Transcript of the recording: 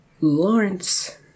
Lawrence